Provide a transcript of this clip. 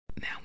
now